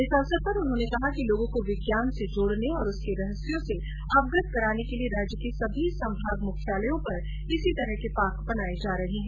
इस अवसर पर उन्होने कहा कि लोगों को विज्ञान से जोड़ने और उसके रहस्यों से अवगत कराने के लिये राज्य के सभी संभाग मुख्यालयों पर इस तरह के पार्क बनाये जा रहे हैं